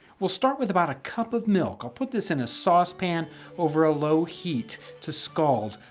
we'll start with about a cup of milk. i'll put this in a saucepan over a low heat to scald.